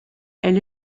elle